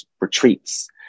retreats